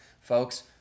folks